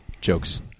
jokes